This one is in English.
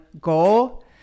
goal